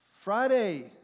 Friday